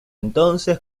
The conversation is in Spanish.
entonces